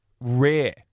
rare